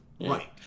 Right